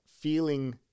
feeling